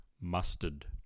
Mustard